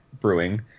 Brewing